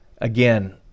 again